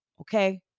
okay